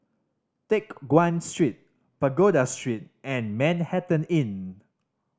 Teck Guan Street Pagoda Street and Manhattan Inn